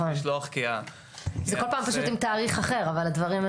אנחנו פותחים מחדש בדיון המהיר של חבר הכנסת אופיר כץ,